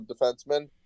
defenseman